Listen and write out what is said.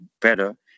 better